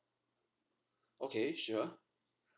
okay sure